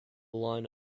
line